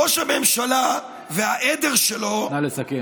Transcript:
ראש הממשלה והעדר שלו, נא לסכם.